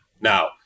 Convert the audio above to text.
Now